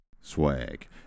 swag